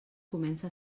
comença